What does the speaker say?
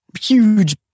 huge